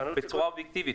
בצורה אובייקטיבית?